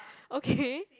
okay